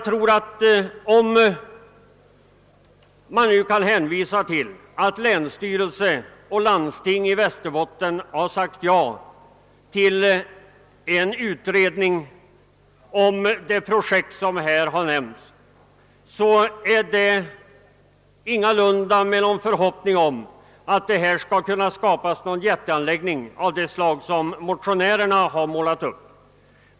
När nu länsstyrelsen och landstinget i Västerbotten har sagt ja till en utredning om det projekt som här nämnts, tror jag att de ingalunda gjort det med förhoppning om att det skall kunna skapas någon jätteanläggning av det slag som motionärerna har målat upp.